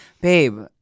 babe